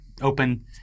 open